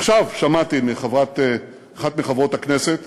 עכשיו שמעתי מאחת מחברות הכנסת